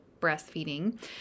breastfeeding